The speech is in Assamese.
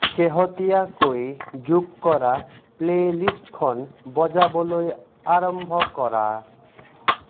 শেহতীয়াকৈ যোগ কৰা প্লে'লিষ্টখন বজাবলৈ আৰম্ভ কৰা